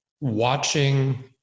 watching